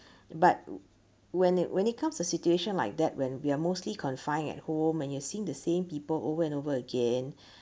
but when it when it comes to situation like that when we are mostly confined at home when you're seeing the same people over and over again